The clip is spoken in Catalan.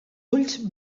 ulls